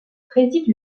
préside